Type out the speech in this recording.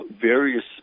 various